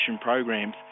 programs